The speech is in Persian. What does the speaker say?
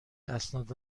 اسناد